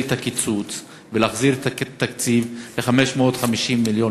את הקיצוץ ולהחזיר את התקציב לרשות הלאומית